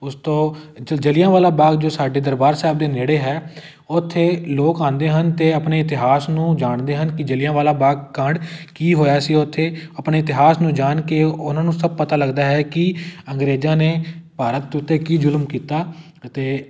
ਉਸ ਤੋਂ ਜਲ ਜਲ੍ਹਿਆਂਵਾਲਾ ਬਾਗ ਜੋ ਸਾਡੇ ਦਰਬਾਰ ਸਾਹਿਬ ਦੇ ਨੇੜੇ ਹੈ ਉੱਥੇ ਲੋਕ ਆਉਂਦੇ ਹਨ ਅਤੇ ਆਪਣੇ ਇਤਿਹਾਸ ਨੂੰ ਜਾਣਦੇ ਹਨ ਕਿ ਜਿਲ੍ਹਿਆਂਵਾਲਾ ਬਾਗ ਕਾਂਡ ਕੀ ਹੋਇਆ ਸੀ ਉੱਥੇ ਆਪਣੇ ਇਤਿਹਾਸ ਨੂੰ ਜਾਣ ਕੇ ਉਹਨਾਂ ਨੂੰ ਸਭ ਪਤਾ ਲੱਗਦਾ ਹੈ ਕਿ ਅੰਗਰੇਜ਼ਾਂ ਨੇ ਭਾਰਤ ਦੇ ਉੱਤੇ ਕੀ ਜ਼ੁਲਮ ਕੀਤਾ ਅਤੇ